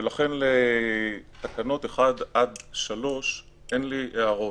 ולכן לתקנות 1 3 אין לי הערות.